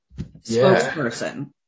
spokesperson